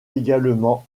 également